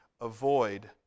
avoid